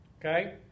Okay